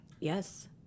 Yes